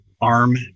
arm